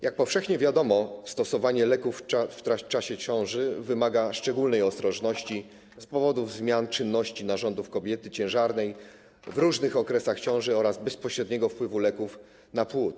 Jak powszechnie wiadomo, stosowanie leków w czasie ciąży wymaga szczególnej ostrożności z powodów zmian czynności narządów kobiety ciężarnej w różnych okresach ciąży oraz bezpośredniego wpływu leków na płód.